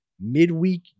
Midweek